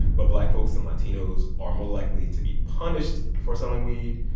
but black folks and latinos are more likely to be punished for selling weed,